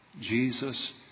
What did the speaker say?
Jesus